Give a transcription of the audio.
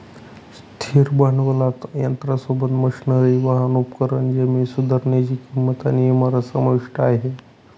स्थिर भांडवलात यंत्रासोबत, मशनरी, वाहन, उपकरण, जमीन सुधारनीची किंमत आणि इमारत समाविष्ट आहे